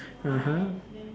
(uh huh)